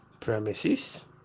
premises